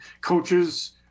coaches